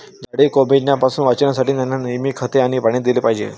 झाडे कोमेजण्यापासून वाचवण्यासाठी, त्यांना नेहमी खते आणि पाणी दिले पाहिजे